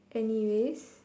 anyways